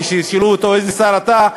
כי כשישאלו אותו באיזה צד אתה,